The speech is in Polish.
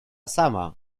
sama